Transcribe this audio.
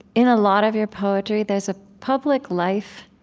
in a lot of your poetry, there's a public life